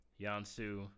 Yansu